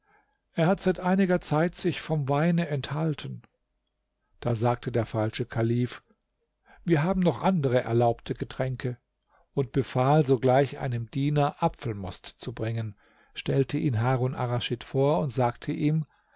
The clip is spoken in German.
er hat seit einiger zeit sich vom weine enthalten da sagte der falsche kalif wir haben noch andere erlaubte getränke und befahl sogleich einem diener apfelmost zu bringen stellte ihn harun arraschid vor und sagte ihm